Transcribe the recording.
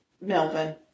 Melvin